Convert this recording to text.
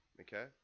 Okay